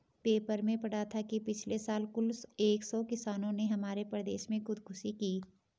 paper में पढ़ा था कि पिछले साल कुल एक सौ किसानों ने हमारे प्रदेश में खुदकुशी की